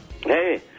Hey